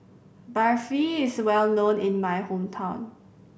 barfi is well known in my hometown